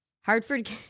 Hartford